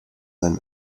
than